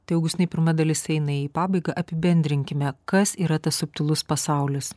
tai augistinai pirma dalis eina į pabaigą apibendrinkime kas yra tas subtilus pasaulis